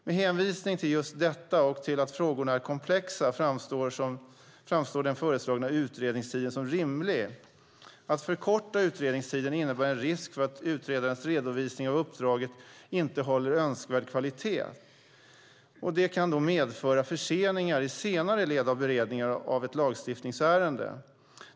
Med hänvisning till just detta och till att frågorna är komplexa framstår den föreslagna utredningstiden som rimlig. Att förkorta utredningstiden innebär en risk för att utredarens redovisning av uppdraget inte håller önskvärd kvalitet, vilket kan medföra förseningar i senare led av beredningen av ett lagstiftningsärende.